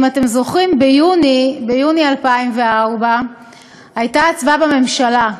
אם אתם זוכרים, ביוני 2004 הייתה הצבעה בממשלה.